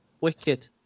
Wicked